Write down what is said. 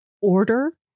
order